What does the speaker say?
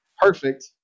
perfect